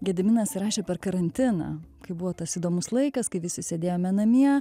gediminas rašė per karantiną kai buvo tas įdomus laikas kai visi sėdėjome namie